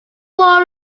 law